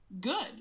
good